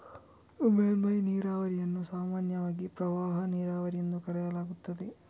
ಮೇಲ್ಮೈ ನೀರಾವರಿಯನ್ನು ಸಾಮಾನ್ಯವಾಗಿ ಪ್ರವಾಹ ನೀರಾವರಿ ಎಂದು ಕರೆಯಲಾಗುತ್ತದೆ